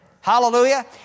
Hallelujah